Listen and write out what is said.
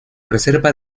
reserva